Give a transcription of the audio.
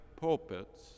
pulpits